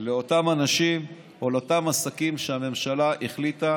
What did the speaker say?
לאותם אנשים או לאותם עסקים שהממשלה החליטה